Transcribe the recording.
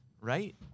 Right